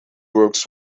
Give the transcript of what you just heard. work